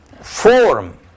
form